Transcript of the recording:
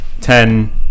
ten